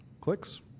clicks